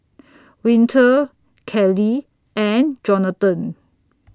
Winter Kellee and Jonathon